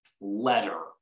letter